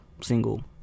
single